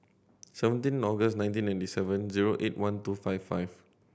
seventeen August nineteen ninety seven zero eight one two five five